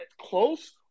close